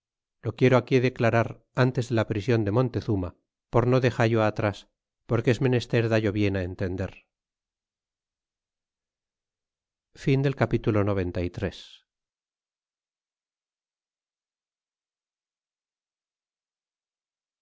lo quiero aquí declarar lentes de la prision de montezuma por no dexallo atras porque es menester dallo bien á entender